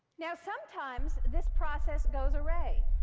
now, sometimes this process goes awry.